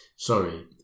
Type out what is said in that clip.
Sorry